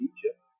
Egypt